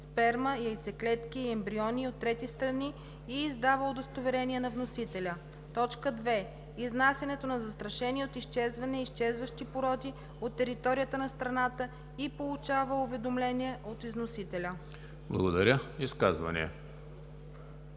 сперма, яйцеклетки и ембриони от трети страни и издава удостоверения на вносителя; 2. изнасянето на застрашени от изчезване и изчезващи породи от територията на страната и получава уведомления от износителя.“